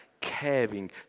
caring